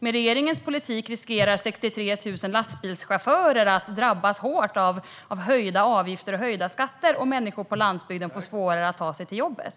Med regeringens politik riskerar 63 000 lastbilschaufförer att drabbas hårt av höjda avgifter och skatter, och människor på landsbygden får svårare att ta sig till jobbet.